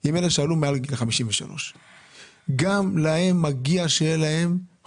עם אלה שעלו אחרי 53'. גם להם מגיע קצבה חודשית.